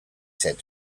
said